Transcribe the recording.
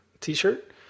T-shirt